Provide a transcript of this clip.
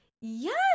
Yes